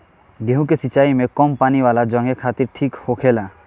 गेंहु के सिंचाई कम पानी वाला जघे खातिर ठीक होखेला